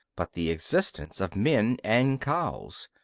but the existence of men and cows.